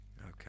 Okay